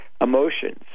emotions